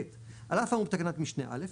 על אף האמור בתקנת משנה (א),